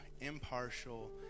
impartial